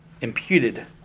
Imputed